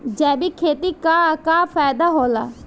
जैविक खेती क का फायदा होला?